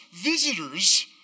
visitors